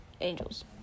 Angels